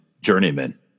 Journeyman